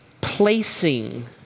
placing